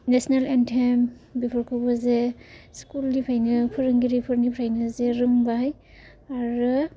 national anthem बेफोरखौबो जे स्कुलनिफ्रायनो फोरोंगिरिनिफ्रायनो जे रोंबाय आरो